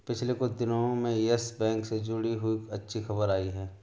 पिछले कुछ दिनो में यस बैंक से जुड़ी कई अच्छी खबरें आई हैं